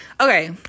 Okay